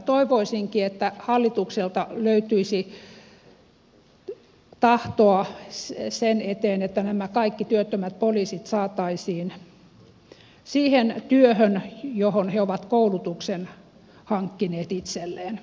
toivoisinkin että hallitukselta löytyisi tahtoa sen eteen että nämä kaikki työttömät poliisit saataisiin siihen työhön johon he ovat koulutuksen hankkineet itselleen